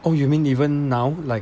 oh you mean even now like